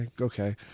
Okay